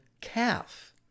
calf